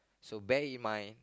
so bear in mind